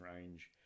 range